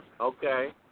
Okay